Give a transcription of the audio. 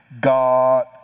God